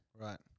Right